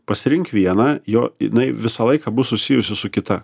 pasirink vieną jo jinai visą laiką bus susijusi su kita